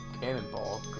cannonball